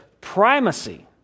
primacy